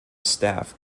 staff